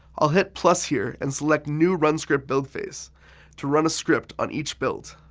i'll hit plus here and select new run script build phase to run a script on each build.